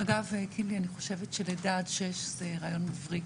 אגב קינלי אני חושבת שלידה עד שש זה רעיון מבריק